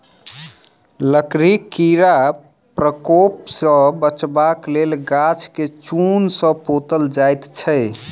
लकड़ीक कीड़ाक प्रकोप सॅ बचबाक लेल गाछ के चून सॅ पोतल जाइत छै